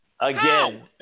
Again